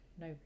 No